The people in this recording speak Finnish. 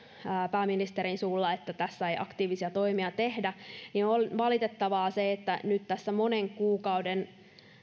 pääministerin suulla että tässä ei aktiivisia toimia tehdä niin on on valitettavaa että nyt tässä monen kuukauden